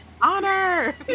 Honor